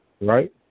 right